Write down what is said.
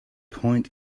point